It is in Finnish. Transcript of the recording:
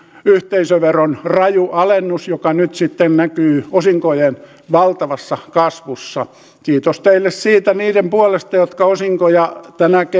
yhteisöveron raju alennus joka nyt sitten näkyy osinkojen valtavassa kasvussa kiitos teille siitä niiden puolesta jotka osinkoja